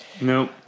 Nope